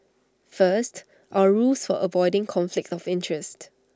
first our rules for avoiding conflict of interest